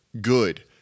good